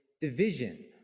division